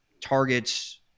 targets